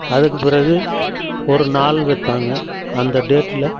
அதுக்கு பிறகு ஒரு நாள் வைப்பாங்க அந்த டேட்டில்